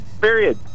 period